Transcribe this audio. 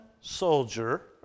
soldier